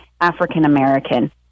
African-American